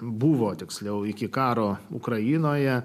buvo tiksliau iki karo ukrainoje